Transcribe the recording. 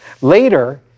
Later